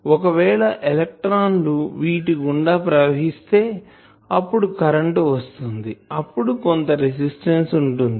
ఒకవేళ ఎలెక్ట్రాన్ లు వీటి గుండా ప్రవహిస్తే అప్పుడు కరెంటు వస్తుంది అప్పుడు కొంత రెసిస్టెన్సు ఉంటుంది